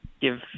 give